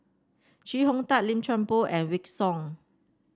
Chee Hong Tat Lim Chuan Poh and Wykidd Song